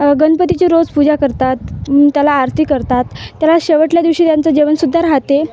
गणपतीची रोज पूजा करतात त्याला आरती करतात त्याला शेवटल्या दिवशी त्यांचं जेवणसुद्धा राहते